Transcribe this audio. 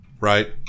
right